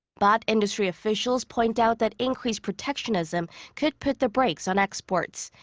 but, industry officials point out that increased protectionism could put the brakes on exports.